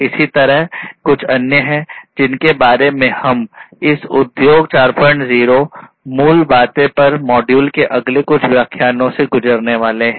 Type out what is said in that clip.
इसी तरह कुछ अन्य हैं जिनके बारे में हम इस उद्योग 40 मूल बातें पर मॉड्यूल के अगले कुछ व्याख्यानों से गुजरने वाले हैं